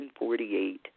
1948